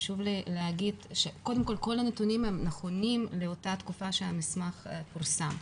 חשוב לי להגיד שכל הנתונים נכונים לתקופה שהמסמך פורסם,